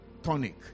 Tonic